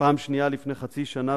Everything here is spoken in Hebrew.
פעם שנייה לפני חצי שנה,